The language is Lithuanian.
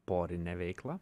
porinę veiklą